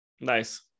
nice